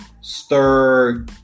stir